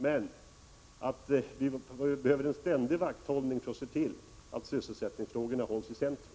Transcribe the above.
Men vi behöver en ständig vakthållning för att se till att sysselsättningsfrågorna hålls i centrum.